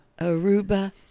Aruba